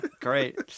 Great